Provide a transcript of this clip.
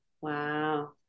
wow